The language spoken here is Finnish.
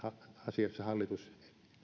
asiassa hallitus